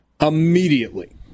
Immediately